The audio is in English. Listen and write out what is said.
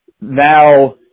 Now